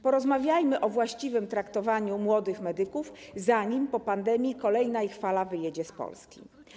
Porozmawiajmy o właściwym traktowaniu młodych medyków, zanim po pandemii kolejna ich fala wyjedzie z Polski.